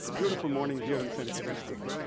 ah beautiful morning here in san francisco.